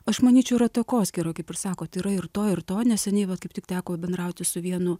aš manyčiau yra takoskyra kaip ir sakot yra ir to ir to neseniai vat kaip tik teko bendrauti su vienu